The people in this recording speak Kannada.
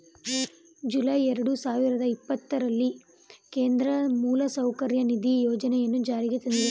ಜುಲೈ ಎರಡು ಸಾವಿರದ ಇಪ್ಪತ್ತರಲ್ಲಿ ಕೇಂದ್ರ ಮೂಲಸೌಕರ್ಯ ನಿಧಿ ಯೋಜನೆಯನ್ನು ಜಾರಿಗೆ ತಂದಿದೆ